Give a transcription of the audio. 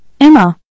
Emma